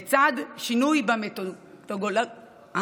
לצד שינוי במתודולוגיה